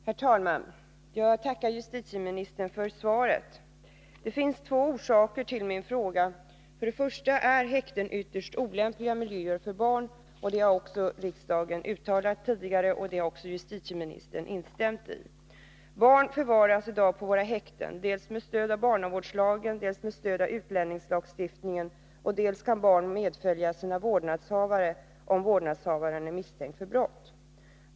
Herr talman! Jag tackar justitieministern för svaret. Det finns två orsaker till min fråga. För det första är häkten ytterst olämpliga miljöer för barn. Det har också riksdagen uttalat tidigare, och justitieministern delar den uppfattningen. Barn förvaras i dag på häkten med stöd av dels barnavårdslagen, dels utlänningslagstiftningen. Dessutom kan barn följa med sin vårdnadshavare om denne är misstänkt för brott.